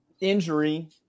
injury